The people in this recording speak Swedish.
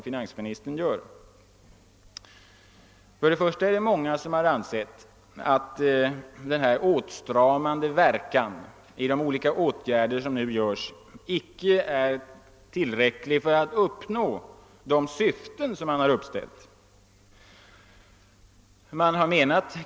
För det första har många ansett att den åtstramande verkan av de olika åtgärder som nu vidtas icke är tillräcklig för att uppnå de syften som har uppställts.